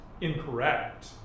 incorrect